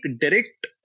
direct